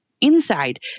inside